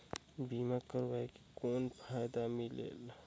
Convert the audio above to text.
बीमा करवाय के कौन फाइदा मिलेल?